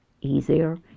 easier